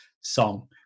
song